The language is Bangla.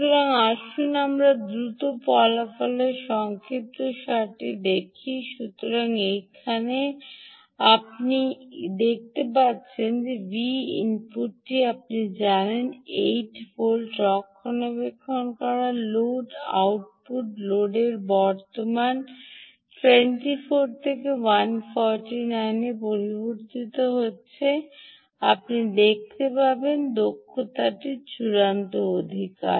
সুতরাং আসুন আমরা দ্রুত ফলাফলের সংক্ষিপ্তসারটি দেখি সুতরাং এখন আপনি দেখতে পাচ্ছেন যে V ইনপুটটি আপনি জানেন 8 টি ভোল্টে রক্ষণাবেক্ষণ করা লোড আউটপুট লোডের বর্তমানটি 24 থেকে 149 এ পরিবর্তিত হয়েছে You আপনি দেখতে পাবেন দক্ষতাটি চূড়ান্ত অধিকার